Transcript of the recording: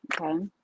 Okay